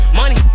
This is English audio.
money